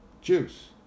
Juice